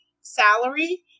salary